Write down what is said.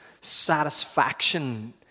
satisfaction